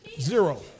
Zero